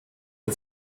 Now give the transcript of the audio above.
der